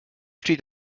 steht